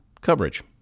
coverage